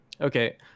okay